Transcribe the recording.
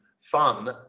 fun